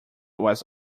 was